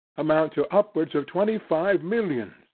amount to upwards of twenty-five millions,